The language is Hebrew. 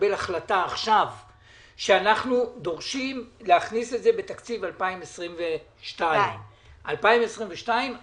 נקבל החלטה עכשיו שאנחנו דורשים להכניס את זה בתקציב 2022. 2022,